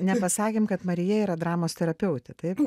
nepasakėm kad marija yra dramos terapeutė taip